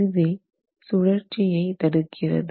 இதுவே சுழற்சியை தடுக்கிறது